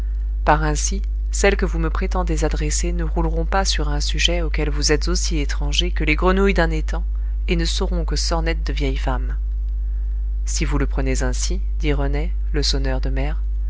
par ainsi celles que vous me prétendez adresser ne rouleront pas sur un sujet auquel vous êtes aussi étranger que les grenouilles d'un étang et ne seront que sornettes de vieilles femmes si vous le prenez ainsi dit renet le sonneur de mers